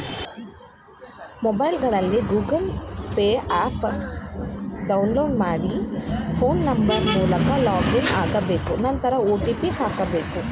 ಮೊಬೈಲ್ನಲ್ಲಿ Google Pay ಅನ್ನು download ಮಾಡಿ ಫೋನ್ ನಂಬರ್ ಮೂಲಕ ಲಾಗಿನ್ ಆಗ್ಬೇಕು ನಂತರ ಒ.ಟಿ.ಪಿ ಹಾಕ್ಬೇಕು